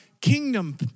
kingdom